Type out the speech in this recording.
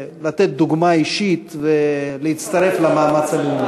לתת דוגמה אישית ולהצטרף למאמץ הלאומי.